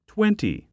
Twenty